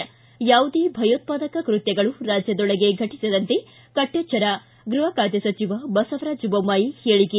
ಿ ಯಾವುದೇ ಭಯೋತ್ಪಾದಕ ಕೃತ್ಯಗಳು ರಾಜ್ಯದೊಳಗೆ ಘಟಿಸದಂತೆ ಕಟ್ಟೆಚ್ಚರ ಗೃಹ ಖಾತೆ ಸಚಿವ ಬಸವರಾಜ ಬೊಮ್ಮಾಯಿ ಹೇಳಿಕೆ